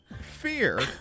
Fear